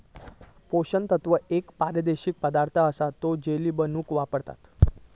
पोषण तत्व एक पारदर्शक पदार्थ असा तो जेली बनवूक वापरतत